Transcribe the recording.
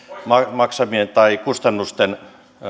kustannusten